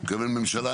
אני מתכוון גם ממשלה,